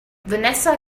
vanessa